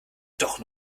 doch